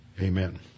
Amen